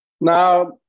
Now